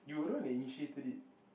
you were the one that initiated it